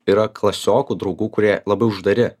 yra klasiokų draugų kurie labiau uždari